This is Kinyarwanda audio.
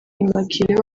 immaculée